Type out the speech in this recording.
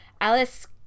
Alice